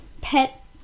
pet